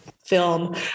film